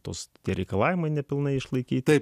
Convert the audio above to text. tos tereikalaujama nepilnai išlaikytos